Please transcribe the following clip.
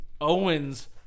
Owens